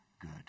good